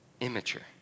immature